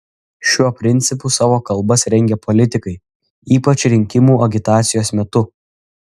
šiuo principu savo kalbas rengia politikai ypač rinkimų agitacijos metu